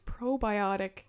probiotic